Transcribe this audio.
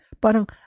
Parang